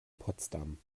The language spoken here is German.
potsdam